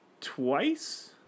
twice